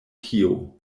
tio